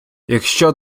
якщо